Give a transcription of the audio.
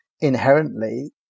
inherently